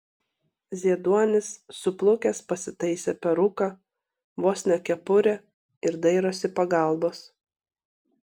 zieduonis suplukęs pasitaisė peruką vos ne kepurę ir dairosi pagalbos